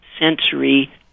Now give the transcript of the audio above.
sensory